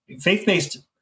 Faith-based